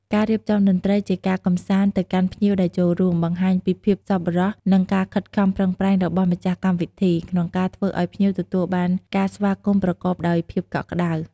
ការរៀបចំតន្ត្រីជាការកម្សាន្តទៅកាន់ភ្ញៀវដែលចូលរួម បង្ហាញពីភាពសប្បុរស និងការខិតខំប្រឹងប្រែងរបស់ម្ចាស់កម្មវិធី ក្នុងការធ្វើឱ្យភ្ញៀវទទួលបានការស្វាគមន៍ប្រកបដោយភាពកក់ក្ដៅ។